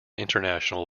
international